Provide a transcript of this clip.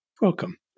Welcome